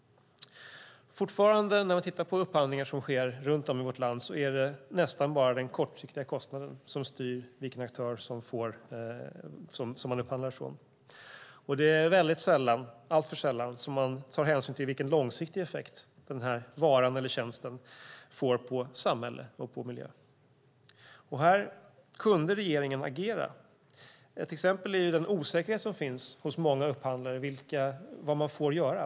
Man kan titta på upphandlingar som sker runt om i vårt land. Det är fortfarande nästan bara den kortsiktiga kostnaden som styr vilken aktör som man upphandlar från. Det är alltför sällan man tar hänsyn till vilken långsiktig effekt den här varan eller tjänsten får för samhälle och för miljö. Här skulle regeringen kunna agera. Ett exempel är den osäkerhet som finns hos många upphandlare om vad man får göra.